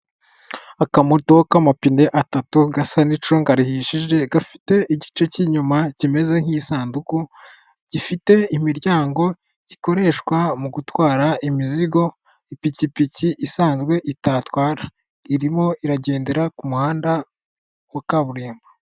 Akamoto k'amapine atatu gasa n'icunga rihishije gafite igice cy'inyuma kimeze nk'isanduku gifite imiryango gikoreshwa mu gutwara imizigo ipikipiki isanzwe itatwara irimo iragendera ku muhanda wa kaburimbo.